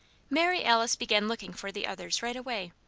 mary alice began looking for the others, right away.